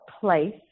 place